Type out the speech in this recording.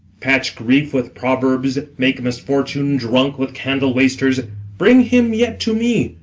patch grief with proverbs make misfortune drunk with candle-wasters bring him yet to me,